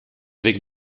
avec